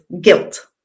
guilt